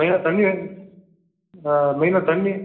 மெயினா தண்ணி ஆ மெயினா தண்ணி